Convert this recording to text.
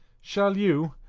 shall you,